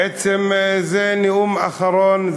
בעצם זה נאום אחרון,